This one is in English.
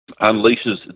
unleashes